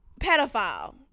pedophile